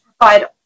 provide